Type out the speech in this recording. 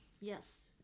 yes